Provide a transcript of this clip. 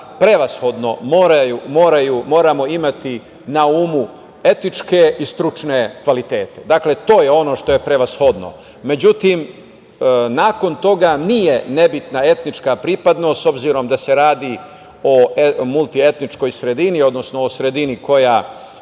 prevashodno moramo imati na umu etničke i stručne kvalitete. Dakle, to je ono što je prevashodno.Međutim, nakon toga nije nebitna etnička pripadnost, s obzirom da se radi o multietničkoj sredini, odnosno o sredini u